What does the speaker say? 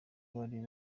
bari